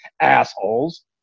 Assholes